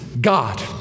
God